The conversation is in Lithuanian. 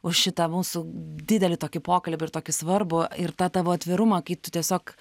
už šitą mūsų didelį tokį pokalbį ir tokį svarbų ir tą tavo atvirumą kai tu tiesiog